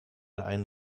einen